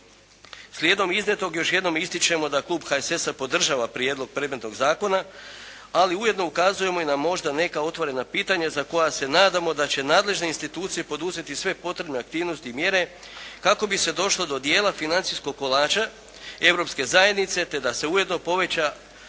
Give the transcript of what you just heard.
Slijedom iznijetog još jednom ističemo da klub HSS-a podržava prijedlog predmetnog zakona, ali ujedno ukazujemo i na možda neka otvorena pitanja za koja se nadamo da će nadležne institucije poduzeti sve potrebne aktivnosti i mjere kako bi se došlo do dijela financijskog kolača Europske zajednice te da se ujedno poveća